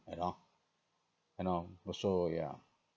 you know you know also yeah